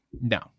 no